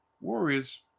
Warriors